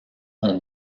ont